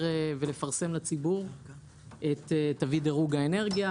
ולפרסם ולציבור את תווית דירוג האנרגיה,